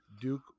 duke